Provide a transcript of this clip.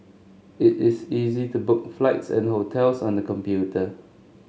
it is easy to book flights and hotels on the computer